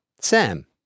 Sam